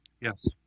Yes